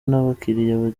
n’abakiriya